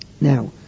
Now